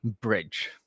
bridge